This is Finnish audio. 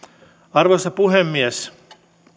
arvoisa puhemies